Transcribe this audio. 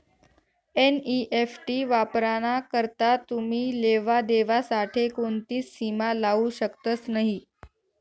NEFT वापराना करता तुमी लेवा देवा साठे कोणतीच सीमा लावू शकतस नही